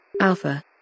Alpha